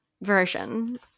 version